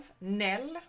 Nell